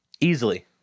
Easily